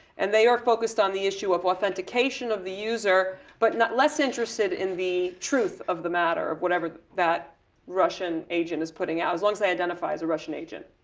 and they are focused on the issue of authentication of the user, but less interested in the truth of the matter, of whatever that russian agent is putting out, as long as they identify as a russian agent.